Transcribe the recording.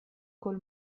col